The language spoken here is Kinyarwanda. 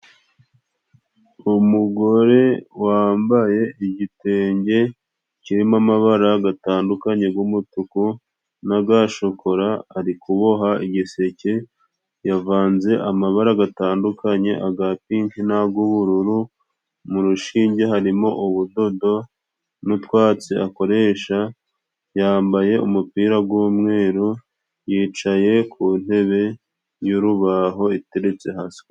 Umugore wambaye igitenge kirimo amabara gatandukanye g'umutuku na gashokora ari kuboha igiseke yavanze amabara gatandukanye agapiki nag'ubururu mu rushinge harimo ubudodo n'utwatsi akoresha yambaye umupira g'umweru yicaye ku ntebe y'urubaho iteretse hasi.